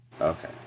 Okay